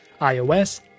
iOS